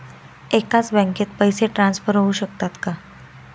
एकाच बँकेत पैसे ट्रान्सफर होऊ शकतात का?